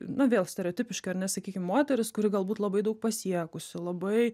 na vėl stereotipiškai ar ne sakykim moteris kuri galbūt labai daug pasiekusi labai